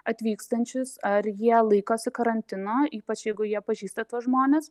atvykstančius ar jie laikosi karantino ypač jeigu jie pažįsta tuos žmones